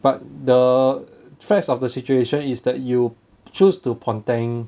but the threats of the situation is that you choose to ponteng